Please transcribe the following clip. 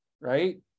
Right